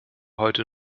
heute